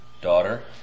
daughter